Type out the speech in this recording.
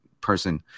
person